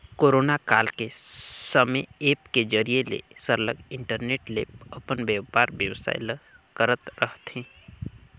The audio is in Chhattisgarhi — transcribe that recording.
कोरोना काल के समे ऐप के जरिए ले सरलग इंटरनेट ले अपन बयपार बेवसाय ल करत रहथें